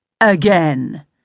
Again